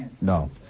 No